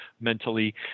mentally